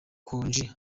gangi